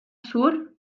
sur